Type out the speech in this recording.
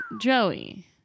Joey